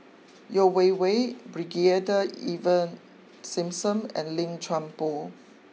Yeo Wei Wei Brigadier Ivan Simson and Lim Chuan Poh